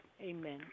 amen